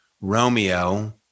Romeo